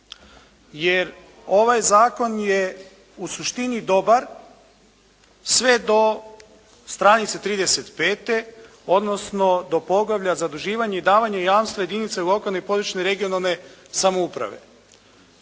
Jer ovaj zakon je u suštini dobar sve do stranice 35. odnosno do poglavlja "Zaduživanje i davanje jamstva jedinici lokalne i područne regionalne samouprave".